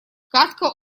кадка